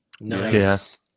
nice